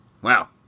Wow